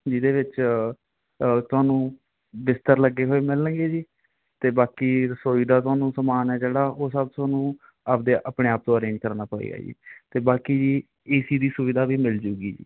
ਜਿਹਦੇ ਵਿੱਚ ਤੁਹਾਨੂੰ ਬਿਸਤਰ ਲੱਗੇ ਹੋਏ ਮਿਲਣਗੇ ਜੀ ਅਤੇ ਬਾਕੀ ਰਸੋਈ ਦਾ ਤੁਹਾਨੂੰ ਸਮਾਨ ਹੈ ਜਿਹੜਾ ਉਹ ਸਭ ਤੁਹਾਨੂੰ ਆਪਣੇ ਆਪਣੇ ਆਪ ਤੋਂ ਅਰੇਂਜ ਕਰਨਾ ਪਵੇਗਾ ਜੀ ਅਤੇ ਬਾਕੀ ਜੀ ਏ ਸੀ ਦੀ ਸੁਵਿਧਾ ਵੀ ਮਿਲ ਮਿਲਜੂਗੀ ਜੀ